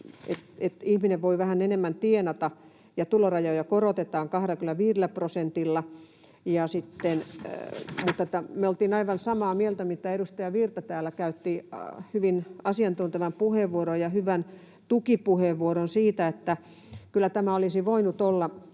että ihminen voi vähän enemmän tienata ja tulorajoja korotetaan 25 prosentilla, mutta me oltiin aivan samaa mieltä, kuten edustaja Virta täällä käytti hyvin asiantuntevan puheenvuoron ja hyvän tukipuheenvuoron siitä, että ei tämän kyllä olisi tarvinnut olla